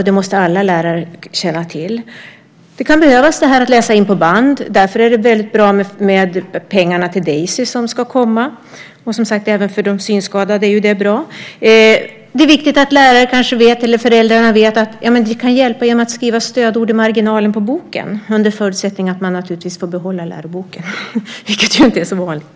Det måste alla lärare känna till. Det kan behövas att man läser in på band. Därför är det väldigt bra med de pengar till Daisy som ska komma. Det är som sagt bra även för de synskadade. Det är viktigt att lärare och föräldrar vet att det kan hjälpa att skriva stödord i marginalen i boken - naturligtvis under förutsättning att man får behålla läroboken, vilket ju inte är så vanligt.